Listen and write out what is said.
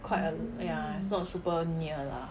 quite a ya it's not super near lah